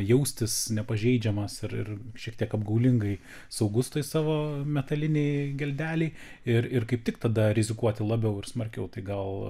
jaustis nepažeidžiamas ir ir šiek tiek apgaulingai saugus toj savo metalinėj geldelėj ir ir kaip tik tada rizikuoti labiau ir smarkiau tai gal